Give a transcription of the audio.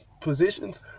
positions